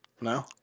No